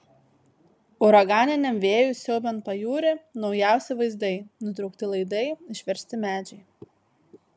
uraganiniam vėjui siaubiant pajūrį naujausi vaizdai nutraukti laidai išversti medžiai